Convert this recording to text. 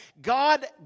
God